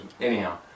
anyhow